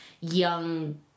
young